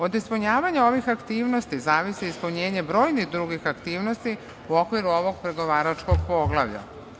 Od ispunjavanja ovih aktivnosti zavisi ispunjenje brojnih drugih aktivnosti u okviru ovog pregovaračkog poglavlja.